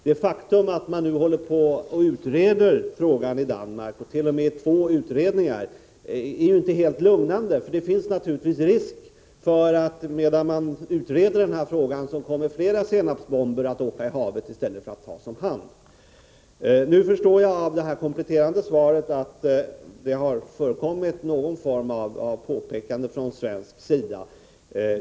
Det faktum att man nu håller på att utreda frågan i Danmark —t.o.m. i två utredningar — är inte helt lugnande, eftersom det naturligtvis finns risk för att fler senapsgasbomber åker i havet i stället för att tas om hand medan man utreder frågan. Nu förstår jag av försvarsministerns kompletterande svar att det har förekommit någon form av påpekanden från svensk sida.